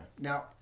Now